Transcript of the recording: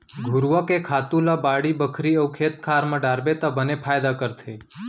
घुरूवा के खातू ल बाड़ी बखरी अउ खेत खार म डारबे त बने फायदा करथे